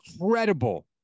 incredible